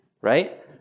right